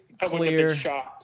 clear